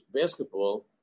basketball